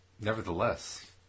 nevertheless